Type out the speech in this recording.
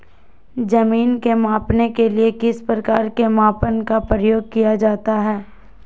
जमीन के मापने के लिए किस प्रकार के मापन का प्रयोग किया जाता है?